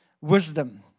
wisdom